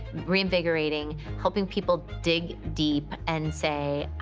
reinvigorating, helping people dig deep and say i